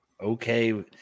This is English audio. okay